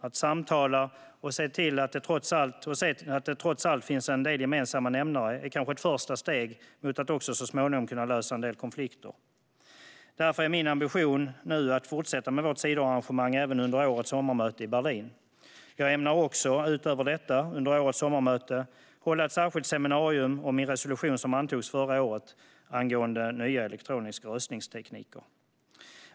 Att samtala och se att det trots allt finns en del gemensamma nämnare är kanske ett första steg mot att så småningom även kunna lösa en del konflikter. Därför är min ambition nu att fortsätta med vårt sidoarrangemang även under årets sommarmöte i Berlin. Utöver detta ämnar jag under årets sommarmöte hålla ett särskilt seminarium om min resolution, som antogs förra året, angående nya elektroniska röstningstekniker.